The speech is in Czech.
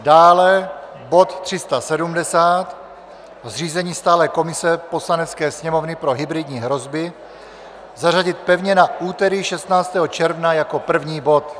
dále bod 370, zřízení stálé komise Poslanecké sněmovny pro hybridní hrozby, zařadit pevně na úterý 16. června jako první bod;